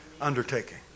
undertaking